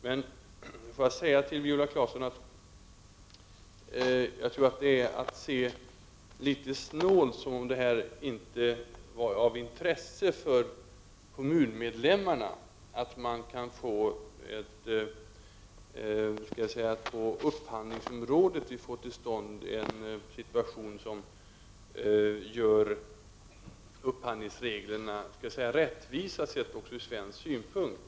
Men, Viola Claesson, jag tror att det är att se det litet snålt att säga att det inte skulle vara av intresse för kommunmedlemmarna att på upphandlingsområdet få till stånd en situation som gör upphandlingsreglerna rättvisa sett också ur svensk synpunkt.